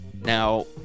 Now